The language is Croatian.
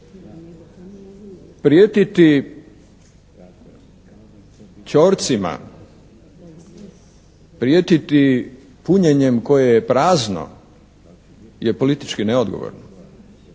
Prijetiti ćorcima, prijetiti punjenjem koje je prazno je politički neodgovorno.